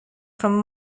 from